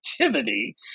activity